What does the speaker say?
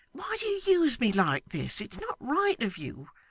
why do you use me like this? it's not right of you.